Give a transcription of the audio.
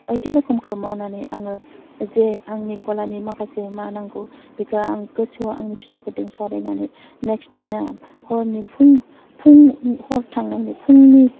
बायदि रखमखौ मावनानै आङो जे आंनि गलानि माखासे मा नांगौ बेखौ आं गोसोआव आंनि फिसाफोरदों सावरायनानै नेक्स्ट दिना हरनि फुं फुं हर थांनायनि फुंनि